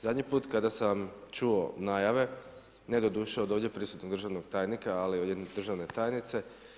Zadnji put kada sam čuo najave, ne doduše od ovdje prisutnog državnog tajnika ali od jedne državne tajnice.